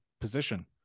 position